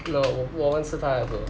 no 我认识她 eh bro